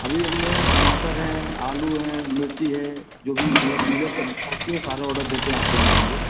अभी हमें टमाटर हैं आलू हैं मिर्ची है जो भी मतलब सीजनल सब्ज़ियाँ होती हैं सारे ऑर्डर देते हैं आपके यहाँ हम लोग